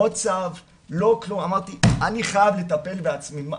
לא צו ולא כלום, אמרתי 'אני חייב לטפל בעצמי'.